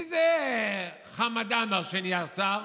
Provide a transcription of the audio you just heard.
מי זה חמד עמאר שנהיה שר?